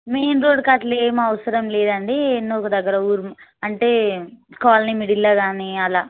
main రోడ్కి అట్లా ఏం అవసరం లేదండి ఎన్నో ఒక దగ్గర ఊరు అంటే కాలనీ మిడిల్లో కానీ అలా